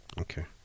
Okay